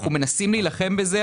אנחנו מנסים להילחם בזה.